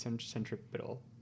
centripetal